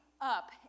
up